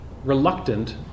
reluctant